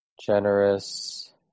generous